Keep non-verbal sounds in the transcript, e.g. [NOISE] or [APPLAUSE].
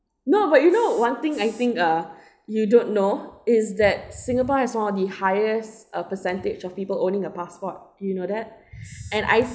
no but you know one thing I think uh you don't know is that singapore has one of the highest uh percentage of people owning a passport you know that [BREATH] and I